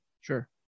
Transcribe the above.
sure